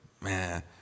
Man